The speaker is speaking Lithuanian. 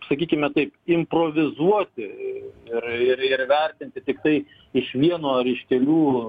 sakykime taip improvizuoti ir vertinti tiktai iš vieno ar iš kelių